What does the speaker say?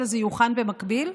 אלא זה יוכן במקביל.